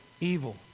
evil